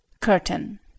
Curtain